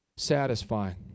Satisfying